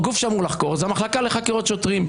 זו המחלקה לחקירות שוטרים.